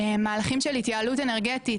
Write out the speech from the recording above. מהלכים של התייעלות אנרגטית,